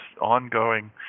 ongoing